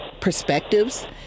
perspectives